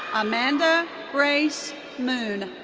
amanda grace moon.